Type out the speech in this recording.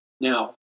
Now